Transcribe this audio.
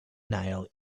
nail